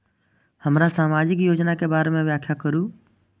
हमरा सामाजिक योजना के बारे में व्याख्या करु?